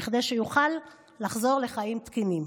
כדי שיוכל לחזור לחיים תקינים.